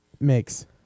Makes